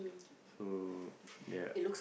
so ya